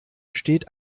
steht